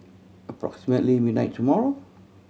approximately midnight tomorrow